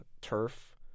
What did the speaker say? turf